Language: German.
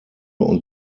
und